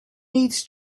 needs